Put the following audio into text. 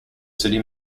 city